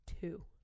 Two